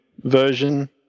version